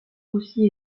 aussi